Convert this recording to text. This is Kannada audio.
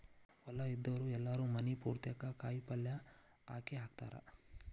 ಹೊಲಾ ಇದ್ದಾವ್ರು ಎಲ್ಲಾರೂ ಮನಿ ಪುರ್ತೇಕ ಕಾಯಪಲ್ಯ ಹಾಕೇಹಾಕತಾರ